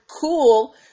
cool